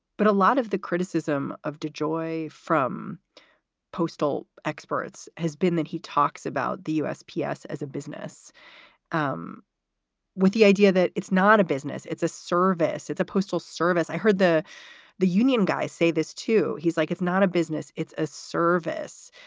but a lot of the criticism of dejoy from postal experts has been that he talks about the usps as a business um with the idea that it's not a business it's a service, it's a postal service. i heard the the union guy say this, too. he's like, it's not a business, it's a service.